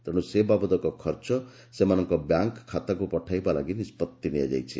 ତେଶୁ ସେ ବାବଦକ ଖର୍ଚ୍ଚ ସେମାନଙ୍କ ବ୍ୟାଙ୍କ୍ ଖାତାକୁ ପଠାଇବା ଲାଗି ନିଷ୍ବଉି ନିଆଯାଇଛି